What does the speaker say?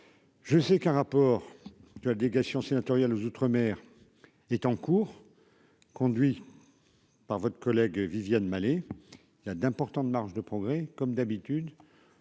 Je sais qu'un rapport, tu as délégation sénatoriale aux outre-mer est en cours, conduit par votre collègue Viviane Malet, il a d'importantes marges de progrès comme d'habitude.